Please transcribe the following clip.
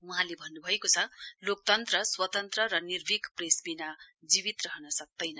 वहाँले भन्नुभएको छ लोकतन्त्र स्वतन्त्र र निर्मीक प्रेसविना जीवित रहन सक्दैन